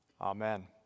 Amen